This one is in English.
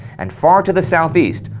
and far to the southeast,